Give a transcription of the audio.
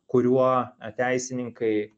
kuriuo teisininkai